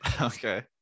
Okay